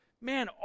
Man